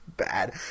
bad